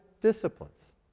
disciplines